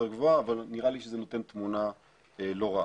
גבוה אבל נראה לי שזה נותן תמונה לא רעה.